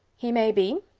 he may be.